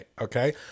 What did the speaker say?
okay